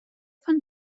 von